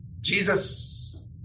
Jesus